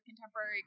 contemporary